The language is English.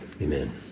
Amen